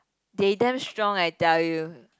they damn strong I tell you